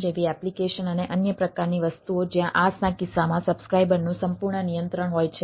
CRM જેવી application અને અન્ય પ્રકારની વસ્તુઓ જ્યાં Iaas ના કિસ્સામાં સબ્સ્ક્રાઇબરનું સંપૂર્ણ નિયંત્રણ હોય છે